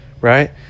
right